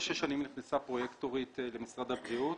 נכנסה פרויקטורית למשרד הבריאות,